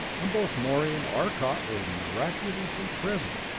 and both morey and arcot were miraculously present,